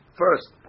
first